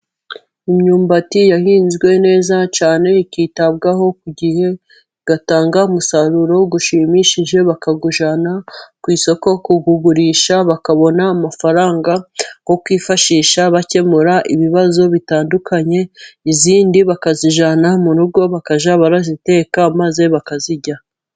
Imyumbati yahinzwe neza cyane ikitabwaho ku gihe, igatanga umusaruro ushimishije ,bakawujyana ku isoko kuwugurisha bakabona amafaranga yo kwifashisha bakemura ibibazo bitandukanye, iyindi bakayijyana mu rugo bakajya bayiteka maze bakayirya.